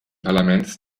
parlaments